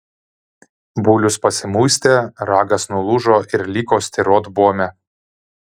bulius pasimuistė ragas nulūžo ir liko styrot buome